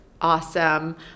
awesome